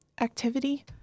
activity